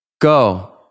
go